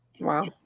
Wow